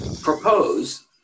Propose